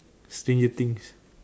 stranger things